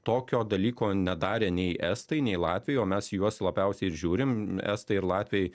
tokio dalyko nedarė nei estai nei latviai o mes į juos labiausiai ir žiūrim estai ir latviai